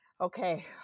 okay